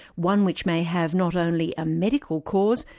one which may have not only a medical cause,